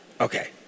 Okay